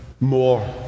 more